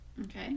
okay